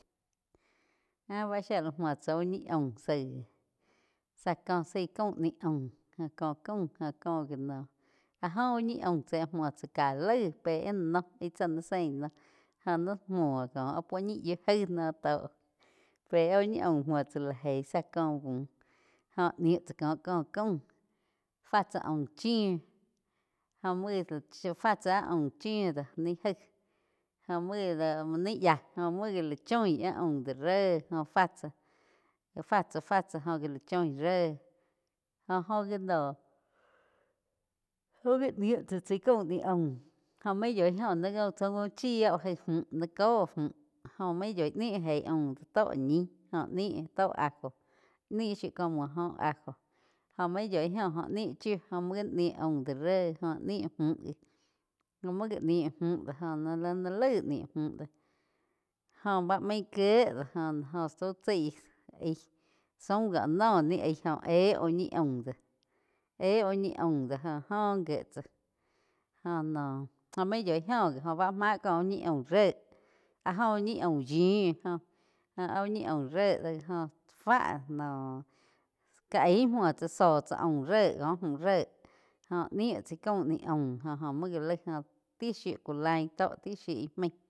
Áh bá shia la muo tsá úh ñi aum zaíg záh có zaí caum nih aum có caum cóh gi nohn áh go úh ñi aum tsaí múo tsá ká laig pe áh la noh íh tsá sein la noh jóh naí múo koh áh úo ñi yiu gaí noh tó pe áh uh ñi aum muo tsá lá gei záh có bu jóh niu tsá cóh có caum fá tsá aum chiu jú muo fá tsá. Áh aum chíu do ni gaíh jo ni yá joh muo gá la choi áh aum do ré jóh fá tsáh fá tsá jo la choin ré jó oh gi noh nih tsá chai caum ni aum jó maig yói jo naí já uh chi oh jaí múh níh cóh múh óh múo yoih níh jéi aum tó ñi óh nih tó ajo nihh shiu cóh múo óh ajo jó main yoig óh jo ni chiu jo muo gá ni aum do re joh nihh múh gi óh múo gá nih múh do joh ni-ni laig nih múh do jó bá main kíe do joh úh tsaí aíg zaum óh nóh ni aig óh éh úh ñi aum do jóh óh gíe tsá jóh noh maig yoig oh gi bá máh cóh úh ñi aum ré áh joh úh ñi aum yiu jo áh úh ñi aum ré joh fá noh ká aig muo tsá zó tsá aum re cóh múh ré jóh ni chái caum ni aum do jo-jomuo gá laig oh ti shiu ku lain tó ti shiu úh maig.